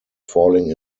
falling